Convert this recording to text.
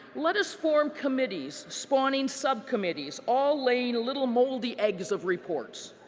let us form committees, spawning subcommittees, all laying little moldy eggs of reports.